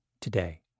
today